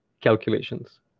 calculations